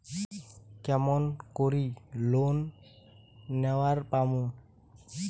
কেমন করি লোন নেওয়ার পামু?